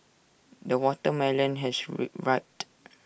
the watermelon has rived